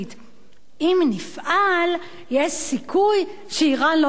אם נפעל, יש סיכוי שאירן לא תהיה גרעינית.